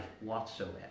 whatsoever